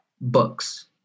books